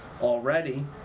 already